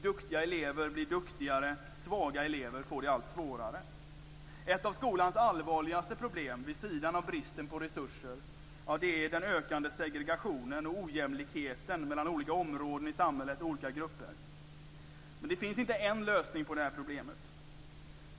Duktiga elever blir duktigare, svaga elever får det allt svårare. Ett av skolans allvarligaste problem vid sidan av bristen på resurser är den ökande segregationen och ojämlikheten mellan olika områden och grupper i samhället. Men det finns inte en lösning på det här problemet.